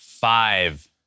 five